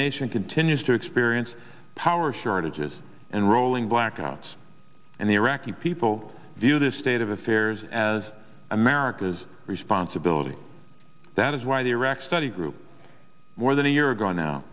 nation continues to experience power shortages and rolling blackouts and the iraqi people view the state of affairs as america's responsibility that is why the iraq study group more than a year ago now